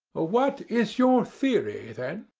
ah what is your theory, then?